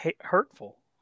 hurtful